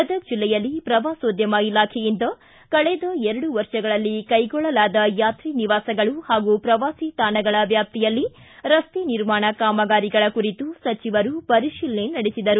ಗದಗ್ ಜಿಲ್ಲೆಯಲ್ಲಿ ಪ್ರವಾಸೋದ್ಯಮ ಇಲಾಖೆಯಿಂದ ಕಳೆದ ಎರಡು ವರ್ಷಗಳಲ್ಲಿ ಕೈಕೊಳ್ಳಲಾದ ಯಾತ್ರಿ ನಿವಾಸಗಳ ಹಾಗೂ ಪ್ರವಾಸಿ ತಾಣಗಳ ವ್ಯಾಪ್ತಿಯಲ್ಲಿ ರಸ್ತೆ ನಿರ್ಮಾಣ ಕಾಮಗಾರಿಗಳ ಕುರಿತು ಸಚಿವರು ಪರಿಶೀಲನೆ ನಡೆಸಿದರು